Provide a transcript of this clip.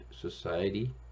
society